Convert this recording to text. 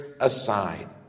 aside